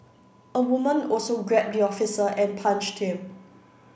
a woman also grabbed the officer and punched him